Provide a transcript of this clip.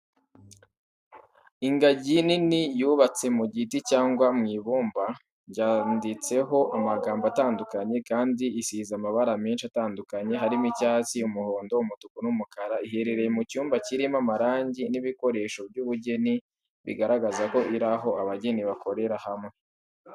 Ingagi nini yubatse mu giti cyangwa mu ibumba, yanditseho amagambo atandukanye kandi isize amabara menshi atandukanye harimo icyatsi, umuhondo, umutuku n'umukara. Iherereye mu cyumba kirimo amarangi n’ibikoresho by’ubugeni, bigaragaza ko iri mu aho abageni bakorera hamwe.